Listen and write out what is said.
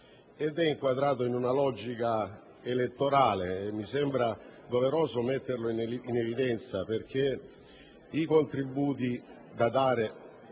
è inquadrato in una logica elettorale. Mi sembra doveroso metterlo in evidenza, perché i contributi alle